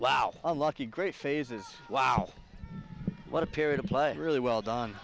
wow lucky great phases wow what a period of playing really well done